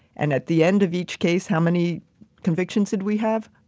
and at the end of each case, how many convictions did we have?